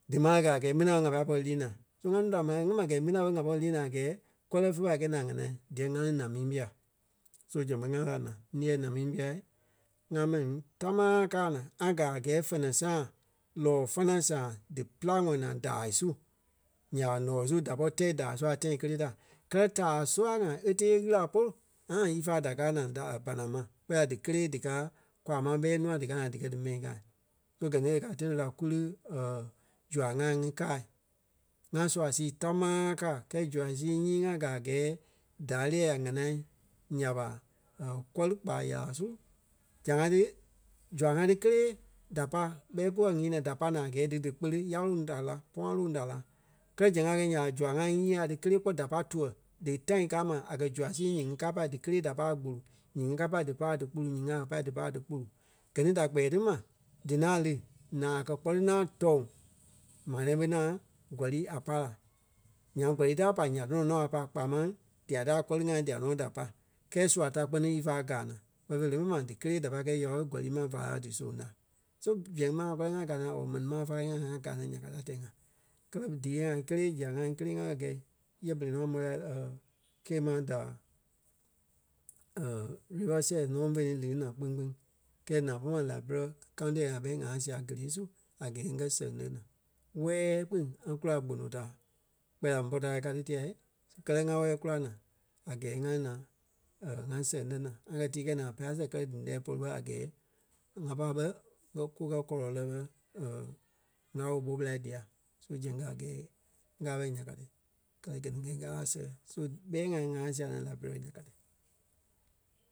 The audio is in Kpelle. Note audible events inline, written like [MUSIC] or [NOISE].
dí máre kɛ a gɛɛ mi ŋaŋ ɓé ŋa pâi pɔri lii naa. So ŋa núu da máre kɛ ǹyɛɛ ma gɛ̂i mi ŋaŋ ɓé ŋá pɔri lii naa a gɛɛ kɔlɛi fe pâi kɛ̂i naa a ŋanaa díyɛ ŋa lí Namibia. So zɛŋ ɓé ŋá lí la naa. Liɛ̂ɛ Namibia ŋa mɛni tamaa káa naa. ŋá gaa a gɛɛ fɛnɛ sãa lɔɔ fɛnɛ sãa dí pîlaŋɔɔ naa daai su, nya ɓa ǹɔɔ su da pɔri tɛ̀ daai su a tãi kelee ta. Kɛlɛ taai sua ŋai e tɛɛ ɣîla polu ŋaŋáa ífe da káa naa da a banama. Kpɛɛ la díkelee díkaa kwaa ma bɛi nûa díkaa naa díkɛ dí mɛi kaa. So gɛ ni e kɛ̀ a tãi tɔnɔ ta kú lí [HESITATION] zua-ŋai ŋí kâa. ŋa sua zii támaa káa kɛɛ zua sii nyii ŋa gàa a gɛɛ darei a ŋanaa nya ɓa [HESITATION] kɔ́li ɓa yála-sulu. Zãa ti, zua-ŋai ti kélee da pai bɛ kúwɔ nyîi naa da pai naa a gɛɛ dí dí kpele yá loŋ da la puâŋ loŋ da la. Kɛ́lɛ zɛŋ a gɛi nya ɓa, zua ŋai ŋí nyii ŋai ti kelee kpɔ́ da pai tuɛ dí tãi kaa ma a kɛ̀ zua sii ŋí nyíŋi kaa pai díkelee da pai gbulu nyiŋi ŋí kâa pai dí pai a dí gbulu nyíŋí a kɛ̀ pai dí pai a dí gbulu. Gɛ ni da kpɛɛ tí ma dí ŋaŋ lí. Naa a kɛ̀ kpɔ́ ti ŋaŋ tɔ̀ŋ maa tãi ɓé ŋaŋ gɔ́li a pa la. Nyaŋ gɔ́li ti a pai ya tɔnɔ nɔ ɓé a pai kpaa máŋ dia ti a kɔ́li ŋai dia nɔ da pai. Kɛɛ sua ta kpɛ́ni ífa gáa naa kpɛ́ni fêi lé mɛni ma díkelee da pai yâo kɔ́li ma vá la dísoŋ la. So zɛŋ mai maa kɔri ŋá gáa naa or mɛni maa fáleŋ ŋa ŋa ŋá gaa naa nya ka ti a tɛɛ-ŋa. Kɛlɛ díi-ŋai ŋí kélee zia ŋai ŋí kélee ŋa kɛ̀ gɛ̀i yɛ berei nɔ ŋa môi la [HESITATION] Cape Mount da [HESITATION] River cess nɔ ɓé ḿve ni lí ti naa kpîŋ kpîŋ. Kɛɛ naa pôlu ma Liberia County ŋai bɛ ŋá sia gelee su a gɛɛ ŋ́gɛ sɛŋ lɛ́ naa. Wɛɛ kpîŋ ŋa kula Gbono-taa. Kpɛɛ la ḿbɔ taai ka ti téla kɛlɛ ŋa wɛɛ kula naa a gɛɛ ŋá lí naa [HESITATION] ŋa sɛŋ lɛ́ naa. ŋa kɛ̀ tii kɛi naa a Pasɛ kɛlɛ dí ǹɛɛ polu bɛ a gɛɛ ŋá pai bɛ ŋ́gɛ kukɛ kɔlɔ lɛ́ bɛ ŋâla woo ɓó ɓela dia. So zɛŋ a gɛɛ ŋ́gaa bɛ nya ka ti. Kɛlɛ gɛ ni gɛ ŋâla sɛɣɛ. So bɛi ŋai ŋá sia naa Liberia nya ka ti.